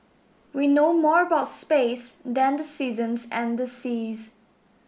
we know more about space than the seasons and the seas